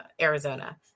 Arizona